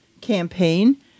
campaign